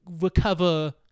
recover